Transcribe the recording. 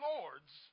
Lord's